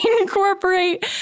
incorporate